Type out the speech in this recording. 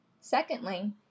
Secondly